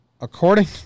According